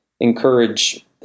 encourage